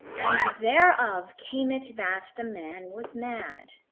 and thereof came it that the man was mad.